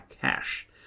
cash